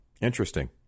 interesting